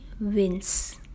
wins